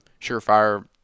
surefire